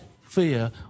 fear